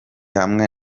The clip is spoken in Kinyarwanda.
hamwe